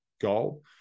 goal